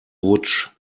rutsch